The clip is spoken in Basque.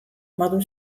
modu